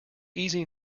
easy